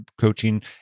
coaching